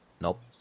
Nope